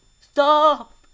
Stop